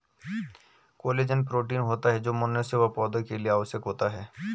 collagen protein होता है जो मनुष्य व पौधा के लिए आवश्यक होता है